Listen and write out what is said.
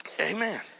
Amen